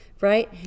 right